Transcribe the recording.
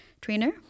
trainer